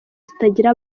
zitangira